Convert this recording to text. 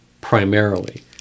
primarily